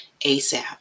ASAP